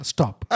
Stop